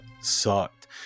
sucked